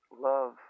love